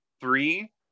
Three